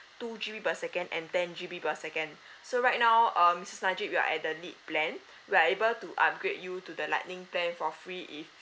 two G_B per second and ten G_B per second so right now um missus najib we are at the lite plan we're able to upgrade you to the lightning plan for free if